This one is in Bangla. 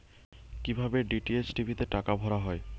কি ভাবে ডি.টি.এইচ টি.ভি তে টাকা ভরা হয়?